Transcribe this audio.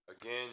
Again